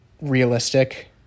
realistic